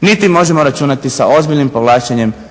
niti možemo računati sa ozbiljnim povlačenjem